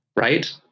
Right